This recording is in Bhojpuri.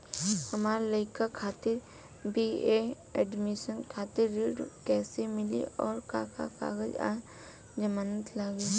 हमार लइका खातिर बी.ए एडमिशन खातिर ऋण कइसे मिली और का का कागज आ जमानत लागी?